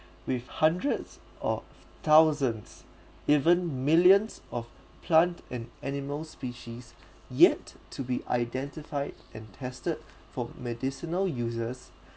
with hundreds or thousands even millions of plant and animal species yet to be identified and tested for medicinal uses